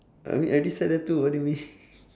I mean I already said that too what do you mean